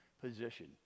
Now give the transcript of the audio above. position